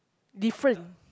different